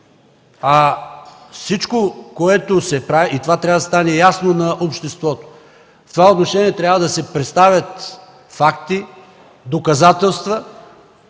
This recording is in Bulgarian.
казвам го в кавички. Това трябва да стане ясно на обществото. В това отношение трябва да се представят факти и доказателства,